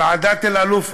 לוועדת אלאלוף,